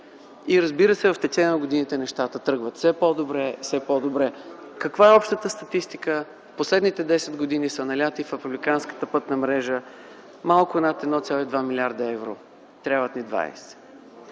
И разбира се, в течение на годините нещата тръгват все по-добре, все по-добре. Каква е общата статистика? В последните десет години са налети в републиканската пътна мрежа малко над 1,2 млрд. евро, а трябват ни 20!